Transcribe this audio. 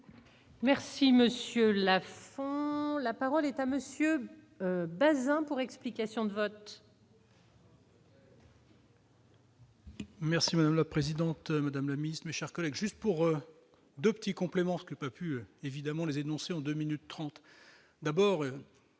Merci monsieur Lafond la parole est à monsieur Baeza pour explication de vote. Merci madame la présidente, Madame le Ministre, mes chers collègues, juste pour 2 petits complément ce que peut plus évidemment les énoncés en 2 minutes 30,